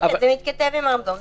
כן, כן, זה מתכתב עם הרמזור.